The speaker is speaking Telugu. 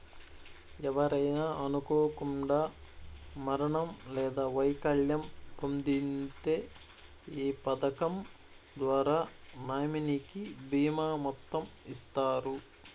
ఎవరైనా అనుకోకండా మరణం లేదా వైకల్యం పొందింతే ఈ పదకం ద్వారా నామినీకి బీమా మొత్తం ఇస్తారు